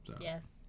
Yes